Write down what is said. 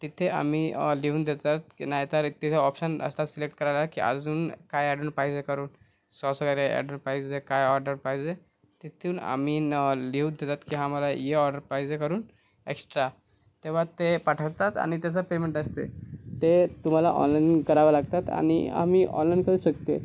तिथे आम्ही लिहून देतात की नाहीतर एक तिथे ऑप्शन असतात सिलेक्ट करायला की अजून काही अॅडन् पाहिजे करून सॉस वगैरे अॅडर पाहिजे काय ऑडर पाहिजे तिथून आम्ही नं लिहून देतात की आम्हाला हे ऑडर पाहिजे करून एक्स्ट्रा तेव्हा ते पाठवतात आणि त्याचा पेमेंट असते ते तुम्हाला ऑनलाईन करावं लागतात आणि आम्ही ऑनलाईन करू शकते